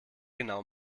genau